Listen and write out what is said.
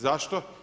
Zašto?